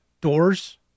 doors